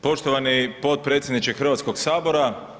Poštovani potpredsjedniče Hrvatskog sabora.